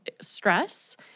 stress